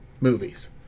movies